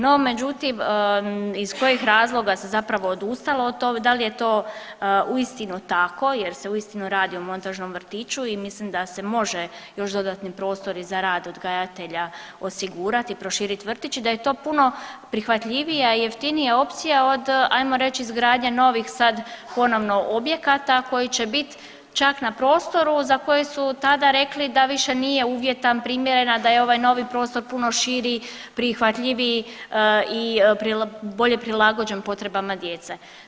No, međutim iz kojih razloga se zapravo odustalo od toga, da li je uistinu tako jer se uistinu radi o montažnom vrtiću i mislim da se može još dodatni prostori za rad odgajatelja osigurati i proširit vrtić i da je to puno prihvatljivija i jeftinija opcija od ajmo reći izgradnje novih sad ponovno objekata koji će bit čak na prostoru za koje su tada rekli da više nije uvjetan, primjeren, a da je ovaj novi prostor puno širi, prihvatljiviji i bolje prilagođen potrebama djece.